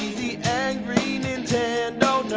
the angry nintendo